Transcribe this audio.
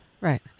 Right